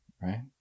right